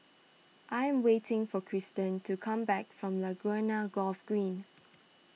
I am waiting for Kristan to come back from Laguna Golf Green